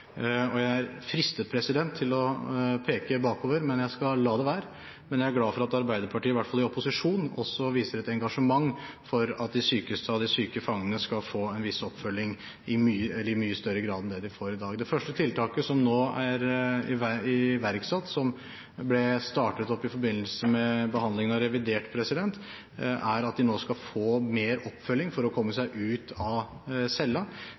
Jeg er fristet til å peke bakover, men jeg skal la det være. Jeg er glad for at Arbeiderpartiet i hvert fall i opposisjon også viser et engasjement for at de sykeste av de syke fangene skal få en viss oppfølging, i mye større grad enn det de får i dag. Det første tiltaket som nå er iverksatt, og som ble startet i forbindelse med behandlingen av revidert, er at de nå skal få mer oppfølging for å komme seg ut av